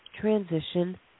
transition